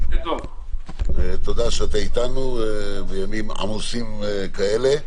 תודה שאתה אתנו בימים עמוסים אלה.